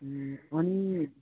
अनि